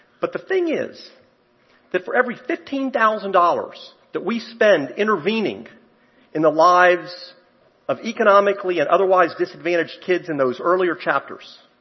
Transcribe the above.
but the thing is that for every fifteen thousand dollars that we spend intervening in the lives of economically and otherwise disadvantaged kids in those earlier chapters,